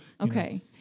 okay